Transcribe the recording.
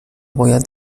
باید